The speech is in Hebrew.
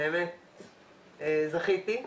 זכיתי.